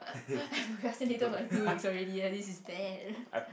I procrastinated for like two weeks already leh this is bad